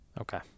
Okay